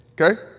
Okay